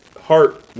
Heart